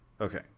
Okay